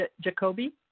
Jacoby